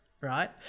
right